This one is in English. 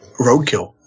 Roadkill